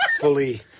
fully